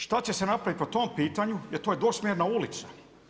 Šta će se napraviti po tom pitanju jer to je dvosmjerna ulica?